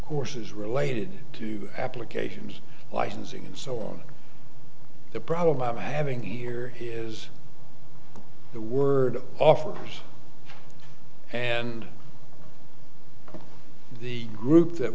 courses related to applications licensing and so on the problem i'm having here is the word offers and the group that